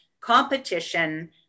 competition